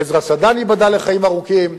עזרא סדן ייבדל לחיים ארוכים,